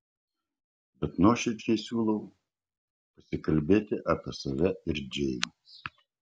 bet nuoširdžiai siūliau pasikalbėti apie save ir džėjų